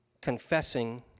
Confessing